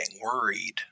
worried